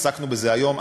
עסקנו בזה היום,